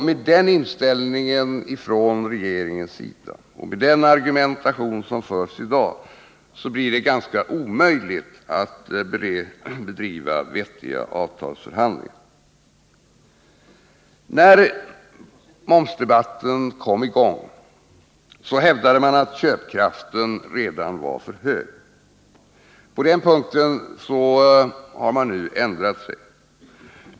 Med den inställningen från regeringens sida och utifrån den argumentation som förs fram i dag blir det nästan omöjligt att bedriva vettiga avtalsförhandlingar. När momsdebatten kom i gång hävdade man att köpkraften redan var för hög. På den punkten har man ändrat sig.